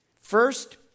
First